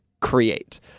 create